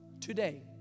today